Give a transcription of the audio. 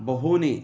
बहूनि